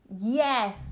Yes